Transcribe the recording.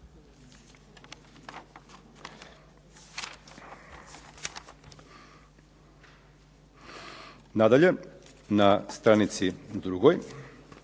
Nadalje, na stranici 2.